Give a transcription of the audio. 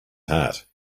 heart